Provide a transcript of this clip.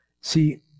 See